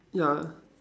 ya